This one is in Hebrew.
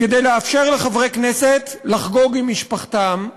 כדי לאפשר לחברי כנסת לחגוג עם משפחתם.